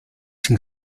sin